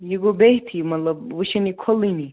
یہِ گوٚو بیٚتھی مطلب وۄنۍ چھِنہٕ یہِ کھُلٲنی